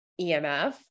EMF